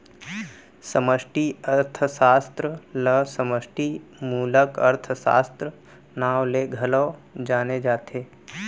समस्टि अर्थसास्त्र ल समस्टि मूलक अर्थसास्त्र, नांव ले घलौ जाने जाथे